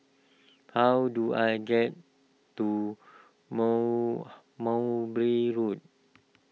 how do I get to mow Mowbray Road